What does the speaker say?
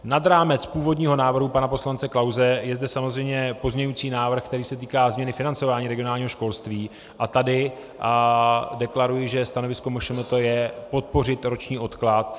Nad rámec původního návrhu pana poslance Klause je zde samozřejmě pozměňovací návrh, který se týká změny financování regionálního školství, a tady deklaruji, že stanovisko MŠMT je podpořit roční odklad.